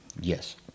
Yes